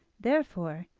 therefore,